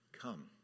come